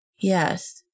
Yes